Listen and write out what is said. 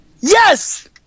Yes